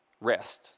rest